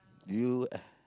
do you